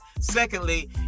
Secondly